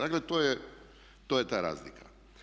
Dakle, to je ta razlika.